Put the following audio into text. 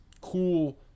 cool